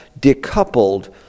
decoupled